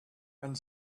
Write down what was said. and